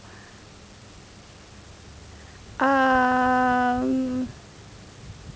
um